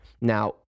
Now